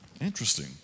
Interesting